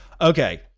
Okay